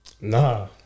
Nah